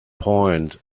point